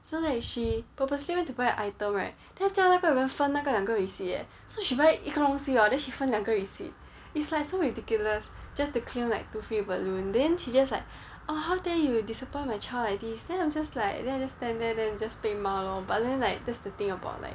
so that if she purposely went to buy an item right then 她叫那个人分那两个 receipt eh so she buy 一个东西 hor then she 分两个 receipt it's like so ridiculous just to claim like two free balloons then she just like oh how dare you disappoint my child like this then I'm just like then I just stand there then just 被骂 lor but then like that's the thing about like